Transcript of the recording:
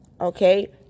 okay